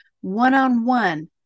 one-on-one